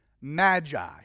magi